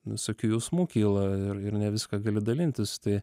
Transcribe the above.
visokių jausmų kyla ir ir ne viską gali dalintis tai